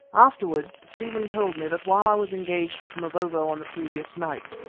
afterwards stephen told me that while i was engaged with mavovo on the previous night,